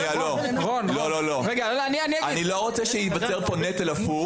אני לא רוצה שייווצר כאן נטל הפוך.